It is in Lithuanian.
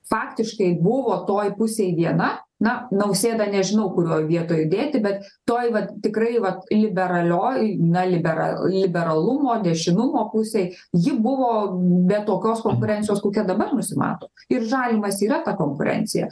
faktiškai buvo toj pusėj viena na nausėdą nežinau kurioj vietoj dėti bet toj vat tikrai vat liberalioj na libera liberalumo dešinumo pusėj ji buvo be tokios konkurencijos kokia dabar nusimato ir žalimas yra ta konkurencija